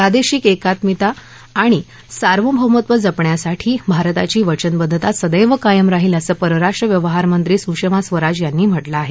प्रादेशिक एकात्मिता आणि सार्वभौमत्व जपण्यासाठी भारताची वचनबद्धता सदद्ध कायम राहील असं परराष्ट्र व्यवहारमंत्री सुषमा स्वराज यांनी म्हटलं आहे